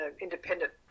independent